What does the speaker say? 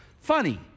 funny